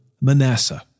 Manasseh